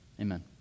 amen